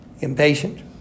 impatient